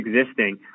existing